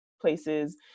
places